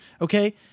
Okay